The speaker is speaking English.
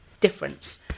difference